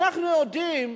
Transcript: אנחנו יודעים,